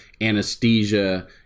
anesthesia